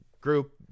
group